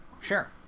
Sure